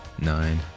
nine